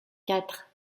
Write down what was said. quatre